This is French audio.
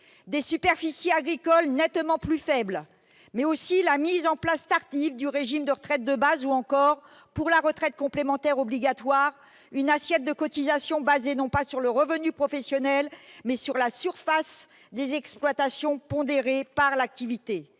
des superficies agricoles nettement plus faibles, mais aussi la mise en place tardive du régime de retraite de base, ou encore, pour la retraite complémentaire obligatoire, une assiette de cotisations basée non pas sur le revenu professionnel, mais sur la surface des exploitations pondérée par l'activité.